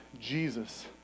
Jesus